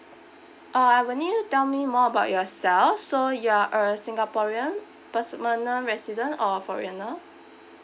uh I will need you to tell me more about yourself so you are a singaporean resident or foreigner